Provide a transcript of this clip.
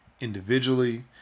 individually